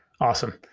Awesome